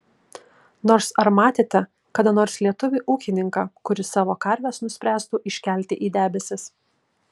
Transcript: nors ar matėte kada nors lietuvį ūkininką kuris savo karves nuspręstų iškelti į debesis